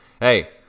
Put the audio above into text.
hey